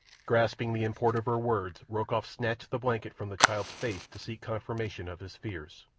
grasping the import of her words, rokoff snatched the blanket from the child's face to seek confirmation of his fears.